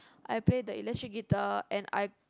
I play the electric guitar and I